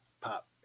pop